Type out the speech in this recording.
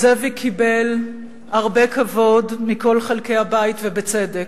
זאביק קיבל הרבה כבוד מכל חלקי הבית, ובצדק.